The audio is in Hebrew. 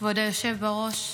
נאנסות --- כבוד היושב בראש,